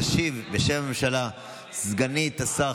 תשיב בשם הממשלה סגנית השר,